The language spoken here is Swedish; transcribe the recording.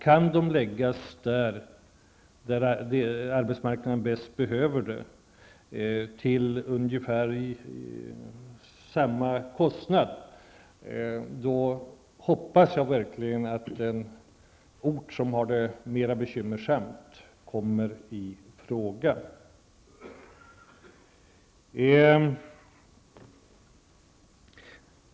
Kan de förläggas till orter som ur arbetsmarknadssynpunkt bäst behöver dem och till ungefär samma kostnad som på andra håll, då hoppas jag verkligen att just dessa orter kommer i fråga.